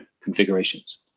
configurations